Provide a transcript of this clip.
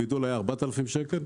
הביטול היה 4,000 שקל,